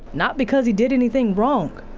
not because he did anything wrong.